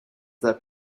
that